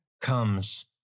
comes